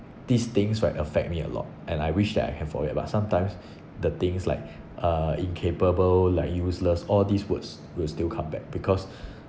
these things right affect me a lot and I wish that I can forget but sometimes the things like uh incapable like useless all these words will still come back because